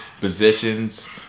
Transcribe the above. positions